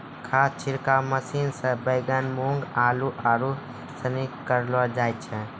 खाद छिड़काव मशीन से बैगन, मूँग, आलू, आरू सनी करलो जाय छै